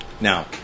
Now